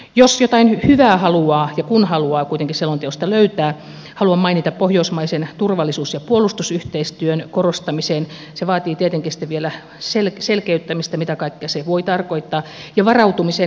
jos jotain hyvää haluaa ja kun haluaa kuitenkin selonteosta löytää haluan mainita pohjoismaisen turvallisuus ja puolustusyhteistyön korostamisen se vaatii tietenkin sitten vielä selkeyttämistä mitä kaikkea se voi tarkoittaa ja varautumisen kyberuhkiin uudella strategialla